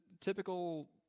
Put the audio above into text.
Typical